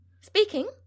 Speaking